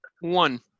One